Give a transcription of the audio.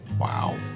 Wow